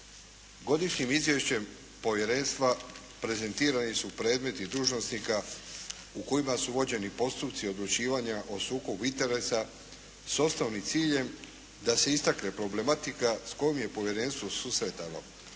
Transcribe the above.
Godišnjim izvješćem povjerenstva prezentirani su predmeti dužnosnika u kojima su vođeni postupci odlučivanja o sukobu interesa s osnovnim ciljem da se istakne problematika s kojim se povjerenstvo susretalo,